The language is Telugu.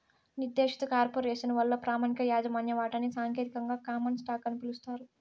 నిర్దేశిత కార్పొరేసను వల్ల ప్రామాణిక యాజమాన్య వాటాని సాంకేతికంగా కామన్ స్టాకు అని పిలుస్తారు